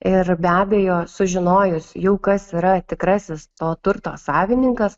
ir be abejo sužinojus jau kas yra tikrasis to turto savininkas